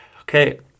Okay